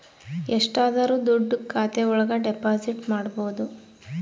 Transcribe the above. ಎಷ್ಟಾದರೂ ದುಡ್ಡು ಖಾತೆ ಒಳಗ ಡೆಪಾಸಿಟ್ ಮಾಡ್ಬೋದು